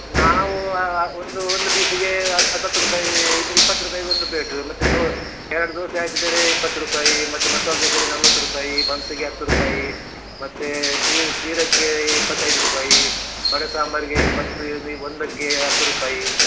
ನಾವು ಆ ಒಂದು ಒಂದು ಪೀಸಿಗೆ ಹತ್ತು ಹತ್ತು ಹತ್ತು ರುಪಾಯಿ ಇಪ್ಪತ್ತು ರೂಪಾಯಿಗೆ ಒಂದು ಪ್ಲೇಟು ಮತ್ತು ದೋ ಎರಡು ದೋಸೆ ಹಾಕಿದರೆ ಇಪ್ಪತ್ತು ರೂಪಾಯಿ ಮತ್ತು ಮಸಾಲೆ ದೋಸೆಗೆ ನಲ್ವತ್ತು ರೂಪಾಯಿ ಬನ್ಸ್ಗೆ ಹತ್ತು ರೂಪಾಯಿ ಮತ್ತು ಶಿರಕ್ಕೆ ಇಪ್ಪತ್ತೈದು ರೂಪಾಯಿ ವಡೆ ಸಾಂಬಾರ್ಗೆ ಇಪ್ಪತ್ತೈದು ಒಂದಕ್ಕೆ ಹತ್ತು ರೂಪಾಯಿ